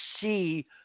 see